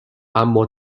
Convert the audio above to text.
اما